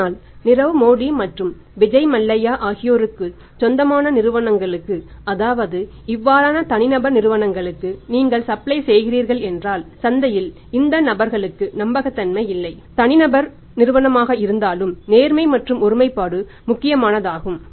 ஆனால் நீரவ் மோடி மற்றும் விஜய் மல்லையா ஆகியோருக்குச் சொந்தமான நிறுவனங்களுக்கு அதாவது இவ்வாறான தனிநபர் நிறுவனங்களுக்கு நீங்கள் சப்ளை செய்கிறீர்கள் என்றால் சந்தையில் இந்த நபர்களுக்கு நம்பகத்தன்மை இல்லை தனிநபர் நிறுவனமாக இருந்தாலும் நேர்மை மற்றும் ஒருமைப்பாடு முக்கியமானதாகும்